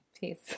Peace